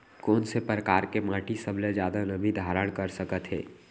कोन से परकार के माटी सबले जादा नमी धारण कर सकत हे?